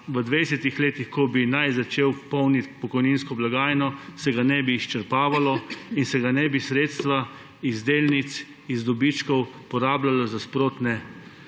v 20 letih, ko naj bi začel polniti pokojninsko blagajno, ne bi izčrpavalo in se ne bi sredstva iz delnic, iz dobičkov porabljala za sprotno